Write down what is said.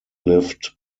lived